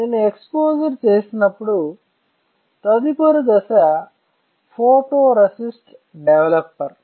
నేను ఎక్స్పోజర్ చేసినప్పుడు తదుపరి దశ ఫోటోరేసిస్ట్ డెవలపర్